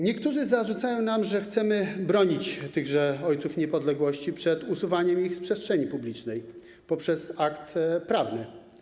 Niektórzy zarzucają nam, że chcemy bronić tychże ojców niepodległości przed usuwaniem ich z przestrzeni publicznej poprzez akt prawny.